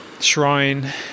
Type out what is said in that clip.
shrine